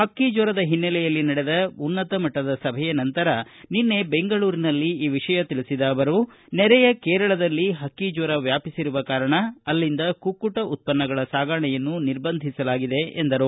ಪಕ್ಕಿಜ್ಜರದ ಹಿನ್ನೆಲೆಯಲ್ಲಿ ನಡೆದ ಉನ್ನತ ಮಟ್ಟದ ಸಭೆಯ ನಂತರ ನಿನ್ನೆ ಬೆಂಗಳೂರಿನಲ್ಲಿ ಈ ವಿಷಯ ತಿಳಿಸಿದ ಅವರು ನೆರೆಯ ಕೇರಳದಲ್ಲಿ ಹಕ್ಕಿಜ್ವರ ವ್ಯಾಪಿಸಿರುವ ಕಾರಣ ಅಲ್ಲಿಂದ ಕುಕ್ಕುಟ ಉತ್ತನ್ನಗಳ ಸಾಗಾಣೆಯನ್ನು ನಿರ್ಬಂಧಿಸಲಾಗಿದೆ ಎಂದರು